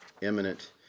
imminent